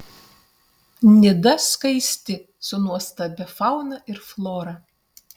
nida skaisti su nuostabia fauna ir flora